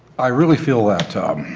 i really feel that